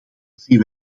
zien